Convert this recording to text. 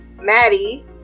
Maddie